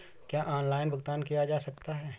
क्या ऑनलाइन भुगतान किया जा सकता है?